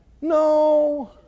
No